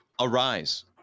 Arise